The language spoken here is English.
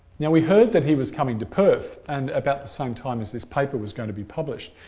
now we heard that he was coming to perth and about the same time as this paper was going to be published,